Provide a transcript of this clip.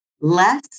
less